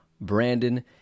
brandon